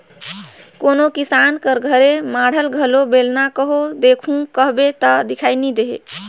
कोनो किसान कर घरे माढ़ल घलो बेलना कहो देखहू कहबे ता दिखई नी देहे